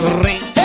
ring